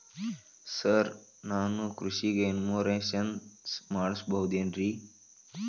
Sir ನಾನು ಕೃಷಿಗೂ insurance ಮಾಡಸಬಹುದೇನ್ರಿ?